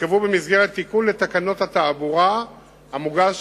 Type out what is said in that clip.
ייקבעו במסגרת תיקון לתקנות התעבורה המוגש